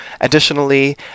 Additionally